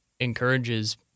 encourages